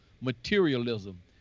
materialism